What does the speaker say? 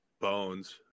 bones